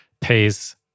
pays